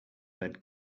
but